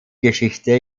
geschichte